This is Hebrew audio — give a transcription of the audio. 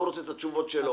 הוא רוצה את התשובות שלו.